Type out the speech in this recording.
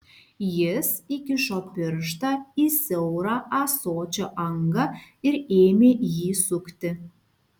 jis įkišo pirštą į siaurą ąsočio angą ir ėmė jį sukti